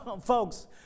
folks